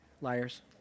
Liars